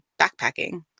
backpacking